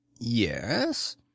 yes